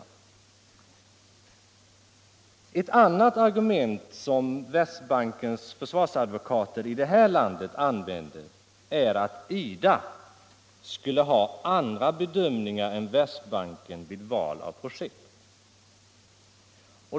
Ett annat argument som Världsbankens försvarsadvokater i det här landet använder är att IDA skulle ha andra bedömningar än Världsbanken vid val av projekt.